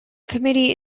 committee